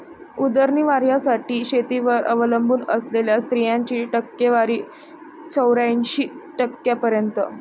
उदरनिर्वाहासाठी शेतीवर अवलंबून असलेल्या स्त्रियांची टक्केवारी चौऱ्याऐंशी टक्क्यांपर्यंत